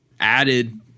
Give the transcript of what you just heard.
added